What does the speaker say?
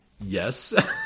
yes